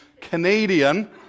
Canadian